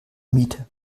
miete